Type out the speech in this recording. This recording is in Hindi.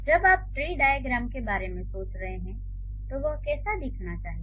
जब आप ट्री डाइअग्रैम के बारे में सोच रहे हों तो वह कैसा दिखना चाहिए